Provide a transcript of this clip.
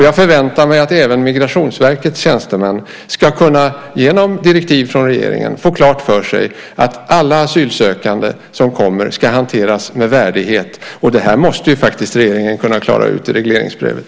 Jag förväntar mig att även Migrationsverkets tjänstemän genom direktiv från regeringen ska kunna få klart för sig att alla asylsökande som kommer ska hanteras med värdighet. Det här måste regeringen faktiskt kunna klara ut i regleringsbrevet.